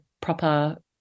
proper